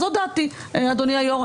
זאת דעתי, אדוני היו"ר.